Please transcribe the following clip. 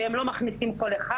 שהם לא מכניסים כל אחד,